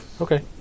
Okay